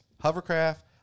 hovercraft